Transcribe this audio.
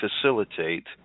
facilitate